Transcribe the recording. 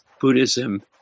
Buddhism